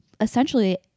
essentially